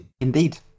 Indeed